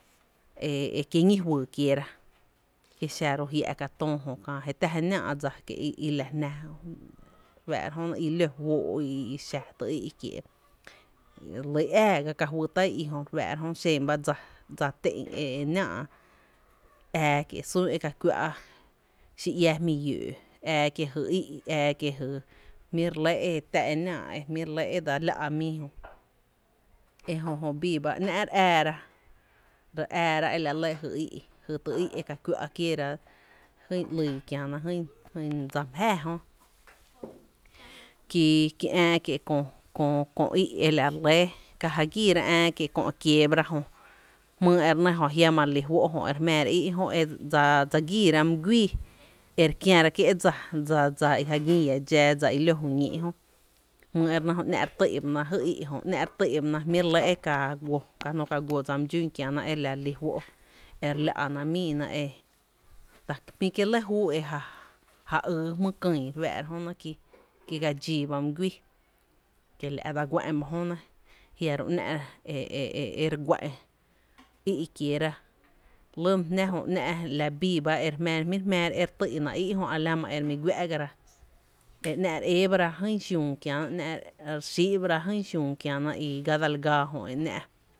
E e kie’ ñí’ fyy kieera kie xa ró’ jia’ka töö jö je tⱥ je náá’ dsa kie i la jná re fⱥⱥ’ra jö nɇ i lo fóó’ i xa ty í’ kiee’ ly í’ ää ga ka fy tá’ i i jö re fⱥⱥ’ra jö xen ba dsa dsa té’n e náá’ ää kie’ sún e ka kuⱥ’ xi iää jmy lloo’ ää kie’ jy i’ ää kie’ jy jm´pi’ re lɇ e tⱥ e náá’, jm´py’ re lɇ e tá’ mii jö e jö jo bii ba ‘ná’ re äära, re äära e la lɇ jy í’ jy ty í’ e ka kuⱥ’ kieera jyn ‘lii kiana, jyn dsa my jáaá jö ki kí ää kie’ köö í’ la re lɇ ka ja giira ää kie’ köö e kieebara jö jmyy e re nɇ jö jiama re lí fó’ jö e re jmⱥⱥra í’ jo dsa gííra my guíí e re kiära kie’ dsa, dsa i ja gín iä dxáá dsa i ló ju ñíí’ jö jmyy e re nɇ jö ‘ná’ re tý’ na jy í’ jö ‘ná’ re tý’ba ná jmý’ re lɇ ka nó k aguó dsa my dxún kiäna e la re lí fó’ e re lá’ na míina e ta jmi’ kie’ lɇ júu e ja yy jmýý kÿÿ re fⱥⱥ’ra jönɇ ki gaa dxíí ba my guíí kiela’ dsa guá’n ba jö nɇ jiaro ‘ná’ e e e re guá’n í’ kieera lyna na jná jö e náá’ re jmⱥⱥra jmí’ re jmⱥⱥra e re tý’na í’ jö a la ma ere mi guá’gara e ‘ná’ re éébara jyn xiüü kiena ‘ná’ re xií’bara jy xiüü kiana e ga dsal gaa JÖ e ‘náá’.